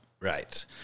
Right